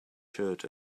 shirt